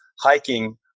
hiking